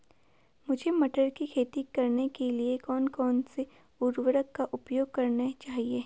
मुझे मटर की खेती करने के लिए कौन कौन से उर्वरक का प्रयोग करने चाहिए?